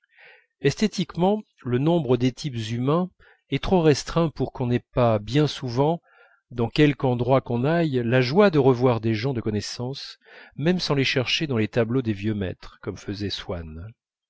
esthétiquement le nombre des types humains est trop restreint pour qu'on n'ait pas bien souvent dans quelque endroit qu'on aille la joie de revoir des gens de connaissance même sans les chercher dans les tableaux des vieux maîtres comme faisait swann